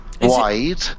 wide